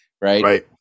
right